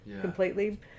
completely